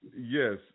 Yes